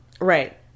Right